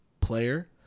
player